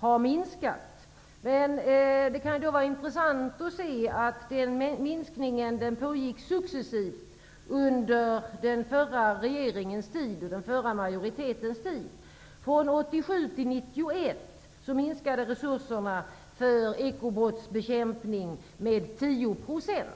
har minskat. Men det kan ju vara intressant att se att minskningen pågick successivt under den förra regeringens och den förra riksdagsmajoritetens tid. Från 1987 till 1991 minskade resurserna för ekobrottsbekämpning med 10 %.